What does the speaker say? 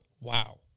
Wow